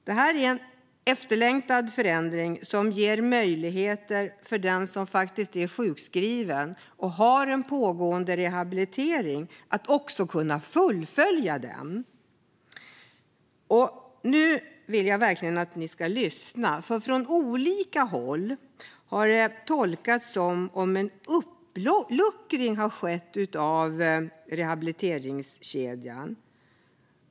Det här är en efterlängtad förändring som ger möjlighet för den som är sjukskriven och har en pågående rehabilitering att kunna fullfölja den. Nu ber jag er att verkligen lyssna. Från olika håll har detta nämligen tolkats som en uppluckring av rehabiliteringskedjan.